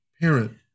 parent